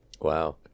wow